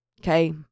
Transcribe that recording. okay